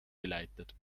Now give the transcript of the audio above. geleitet